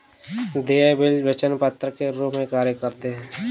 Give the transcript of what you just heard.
देय बिल वचन पत्र के रूप में कार्य करते हैं